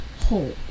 hole